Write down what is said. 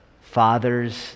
Fathers